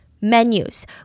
Menus